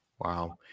Wow